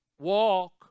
Walk